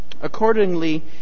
Accordingly